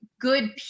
Good